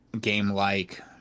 game-like